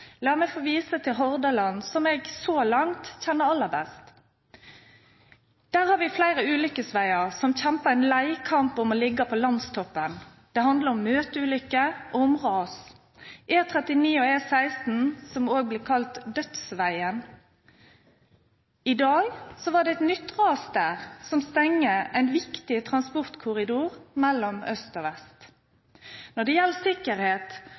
La meg få vise til Hordaland, som jeg så langt kjenner aller best. Der har vi flere ulykkesveier som kjemper en lei kamp om å ligge på landstoppen. Det handler om møteulykker og om ras. Vi har E39 og E16 – som også blir kalt dødsveien – og i dag var det et nytt ras der som stenger en viktig transportkorridor mellom øst og vest. Når det gjelder sikkerhet,